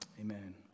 Amen